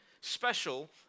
special